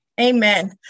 Amen